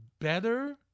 better